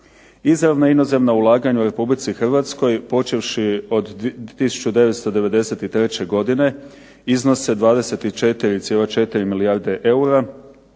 Izravna inozemna ulaganja u Republici Hrvatskoj počevši od 1993. godine iznose 24,4 milijarde eura,